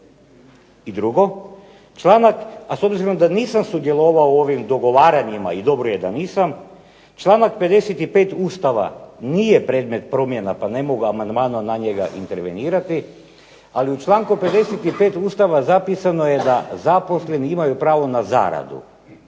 I drugo, članak, a s obzirom da nisam sudjelovao u ovim dogovaranjima i dobro je da nisam, članak 55. Ustava nije predmet promjena pa ne mogu amandmanom na njega intervenirati, ali u članku 55. Ustava zapisano je da zaposleni imaju pravo na zaradu,